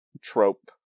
trope